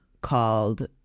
called